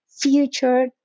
future